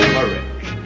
Courage